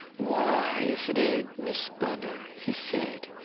why, if it ain't miss bunner! he said,